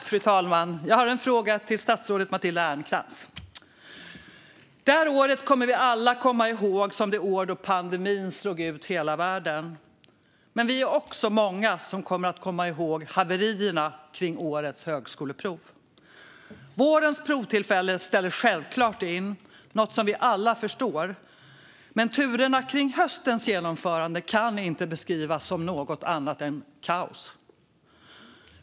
Fru talman! Jag har en fråga till statsrådet Matilda Ernkrans. Det här året kommer vi alla att komma ihåg som det år då pandemin slog ut hela världen. Men vi är också många som kommer att komma ihåg haverierna kring årets högskoleprov. Vårens provtillfälle ställdes självklart in, något som vi alla förstår. Men turerna kring höstens genomförande kan inte beskrivas som något annat än kaos.